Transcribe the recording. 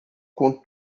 com